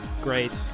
Great